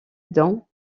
dans